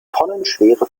tonnenschwere